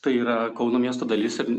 tai yra kauno miesto dalis ir